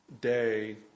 day